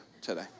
today